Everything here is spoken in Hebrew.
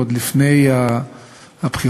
עוד לפני הבחירות,